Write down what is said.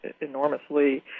enormously